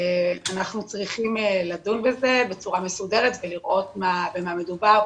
אנחנו צרכים לדון בזה בצורה מסודרת ולראות במה מדובר,